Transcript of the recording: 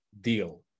deal